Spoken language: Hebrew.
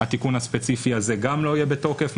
התיקון הספציפי הזה גם לא יהיה בתוקף,